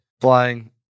flying